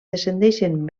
descendeixen